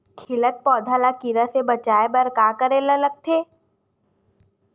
खिलत पौधा ल कीरा से बचाय बर का करेला लगथे?